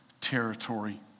territory